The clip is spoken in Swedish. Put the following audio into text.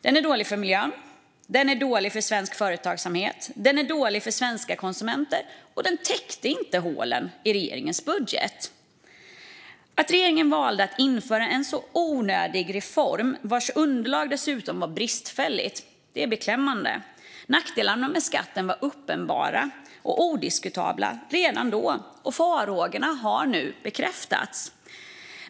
Den är dålig för miljön, för svensk företagsamhet och för svenska konsumenter, och den täckte inte hålen i regeringens budget. Att regeringen valde att införa en så onödig reform vars underlag dessutom var bristfälligt är beklämmande. Nackdelarna med skatten var uppenbara och odiskutabla redan då, och farhågorna har nu bekräftats.